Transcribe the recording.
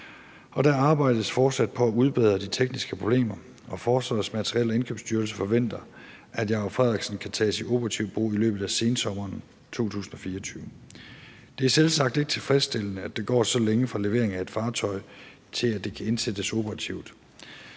der arbejdes fortsat på at udbedre de tekniske problemer, og Forsvarsministeriets Materiel- og Indkøbsstyrelse forventer, at »Jacob Frederiksen« kan tages i operativ brug i løbet af sensommeren 2024. Det er selvsagt ikke tilfredsstillende, at der går så længe fra leveringen af et fartøj, til at det kan indsættes operativt.